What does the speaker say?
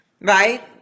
Right